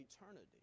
eternity